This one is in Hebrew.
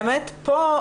באמת פה,